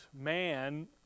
man